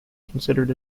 considered